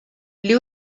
les